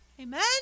Amen